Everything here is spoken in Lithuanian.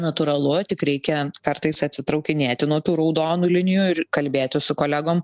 natūralu tik reikia kartais atsitraukinėti nuo tų raudonų linijų ir kalbėti su kolegom